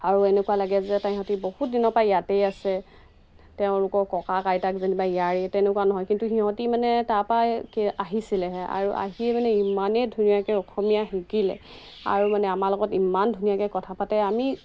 আৰু এনেকুৱা লাগে যে তেহেঁতি বহুত দিনৰপৰা ইয়াতেই আছে তেওঁলোকৰ ককাৱক আইতাক যেনিবা ইয়াৰেই তেনেকুৱা নহয় কিন্তু সিহঁতি মানে তাৰপৰাই আহিছিলেহে আৰু আহিয়ে মানে ইমানেই ধুনীয়াকৈ অসমীয়া শিকিলে আৰু মানে আমাৰ লগত ইমান ধুনীয়াকৈ কথা পাতে আমি